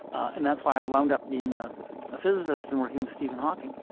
and that's why i wound up being a ah physicist and working with stephen hawking.